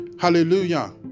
hallelujah